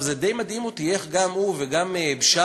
זה די מדהים אותי איך גם הוא וגם בשארה,